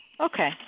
Okay